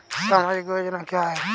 सामाजिक योजना क्या है?